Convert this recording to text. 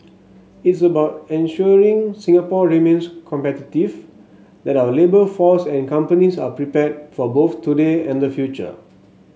it's about ensuring Singapore remains competitive that our labour force and companies are prepared for both today and the future